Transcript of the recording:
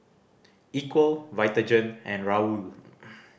Equal Vitagen and Raoul